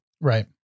Right